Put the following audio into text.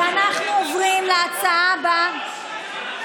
אנחנו עוברים להצעה הבאה.